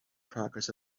progress